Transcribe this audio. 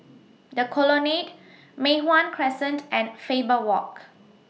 The Colonnade Mei Hwan Crescent and Faber Walk